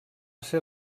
ser